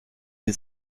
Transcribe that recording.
die